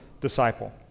disciple